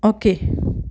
okay